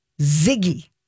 ziggy